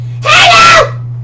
Hello